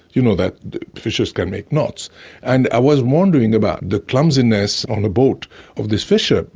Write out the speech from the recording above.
you know that fishers can make knots and i was wondering about the clumsiness on the boat of this fisher.